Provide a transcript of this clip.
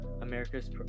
America's